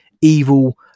Evil